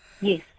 Yes